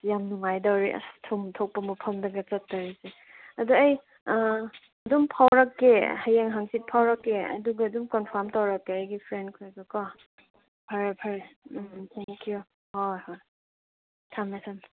ꯌꯥꯝ ꯅꯨꯡꯉꯥꯏꯗꯧꯔꯤ ꯑꯁ ꯊꯨꯝ ꯊꯣꯛꯄ ꯃꯐꯝꯗꯒ ꯆꯠꯇꯧꯔꯤꯁꯦ ꯑꯗꯨ ꯑꯩ ꯑꯗꯨꯝ ꯐꯥꯎꯔꯛꯀꯦ ꯍꯌꯦꯡ ꯍꯪꯆꯤꯠ ꯐꯥꯎꯔꯛꯀꯦ ꯑꯗꯨꯒ ꯑꯗꯨꯝ ꯀꯟꯐꯥꯝ ꯇꯧꯔꯛꯀꯦ ꯑꯩꯒꯤ ꯐ꯭ꯔꯦꯟ ꯈꯣꯏꯁꯨꯀꯣ ꯐꯔꯦ ꯐꯔꯦ ꯎꯝ ꯊꯦꯡ ꯀꯤꯌꯨ ꯍꯣꯏ ꯍꯣꯏ ꯊꯝꯃꯦ ꯊꯝꯃꯦ